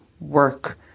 work